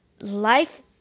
life